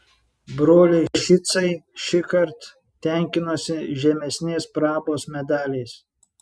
broliai šicai šįkart tenkinosi žemesnės prabos medaliais